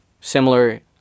Similar